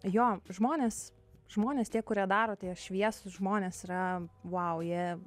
jo žmonės žmonės tie kurie daro tie šviesūs žmonės yra vau jie